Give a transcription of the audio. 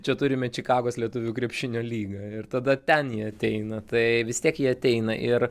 čia turime čikagos lietuvių krepšinio lygą ir tada ten jie ateina tai vis tiek jie ateina ir